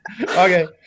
Okay